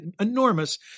enormous